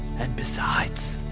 and besides,